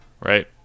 right